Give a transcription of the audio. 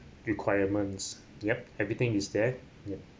requirements yup everything is there yup